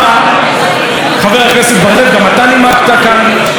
גם אתה נימקת כאן את הצעות האי-אמון של סיעת העבודה.